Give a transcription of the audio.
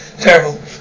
terrible